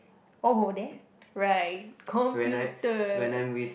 oh there right computer